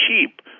cheap